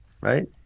Right